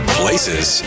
places